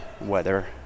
weather